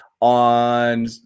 on